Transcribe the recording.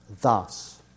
thus